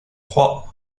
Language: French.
trois